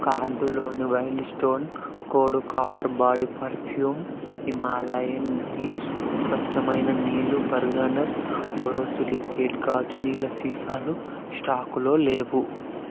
కార్టులోని wild stone code copper body perfume Himalayan natives స్వచ్ఛమైన నీళ్ళు బర్గనర్ బొరొసిలికెట్ గాజు నీళ్ళ సీసాలు స్టాకులో లేవు